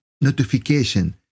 notification